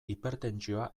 hipertentsioa